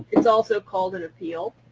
it's also called an appeal.